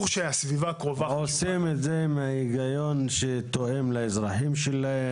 הן עושות את זה מההיגיון שתואם לאזרחים שלהן.